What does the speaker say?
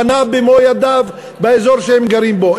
בנה במו-ידיו באזור שהם גרים בו.